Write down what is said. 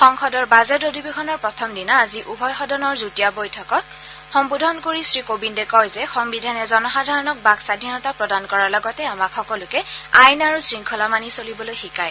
সংসদৰ বাজেট অধিবেশনৰ প্ৰথম দিনা আজি উভয় সদনৰ যুটীয়া বৈঠকক সম্বোধন কৰি শ্ৰীকোবিন্দে কয় যে সংবিধানে জনসাধাৰণক বাক্ স্বধীনতা প্ৰদান কৰাৰ লগতে আমাক সকলোকে আইন আৰু শংখলা মানি চলিবলৈ শিকায়